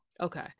Okay